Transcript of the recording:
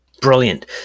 Brilliant